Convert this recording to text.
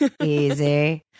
Easy